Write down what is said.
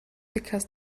because